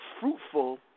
fruitful